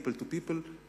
people to people ,